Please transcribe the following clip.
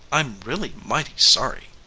i'm really mighty sorry.